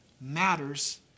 matters